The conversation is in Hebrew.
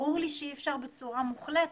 ברור לי שאי אפשר בצורה מוחלטת,